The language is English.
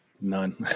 None